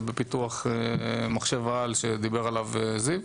פיתוח מחשב-העל שדיבר עליו זיו,